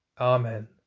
Amen